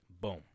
Boom